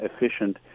efficient